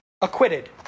acquitted